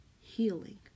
healing